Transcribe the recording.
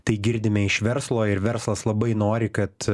tai girdime iš verslo ir verslas labai nori kad